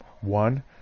One